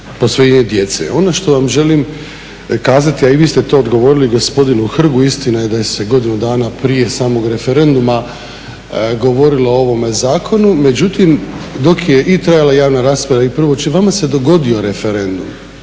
posvojenje djece. Ono što vam želim kazati, a i vi ste to odgovorili gospodinu Hrgu, istina je da se je godinu dana prije samog referenduma govorilo o ovome zakonu, međutim dok je i trajala javna rasprava i prvo čitanje, vama se dogodio referendum,